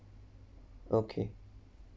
okay